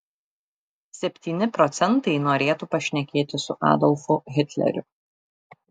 septyni procentai norėtų pašnekėti su adolfu hitleriu